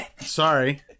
sorry